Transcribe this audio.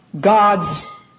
God's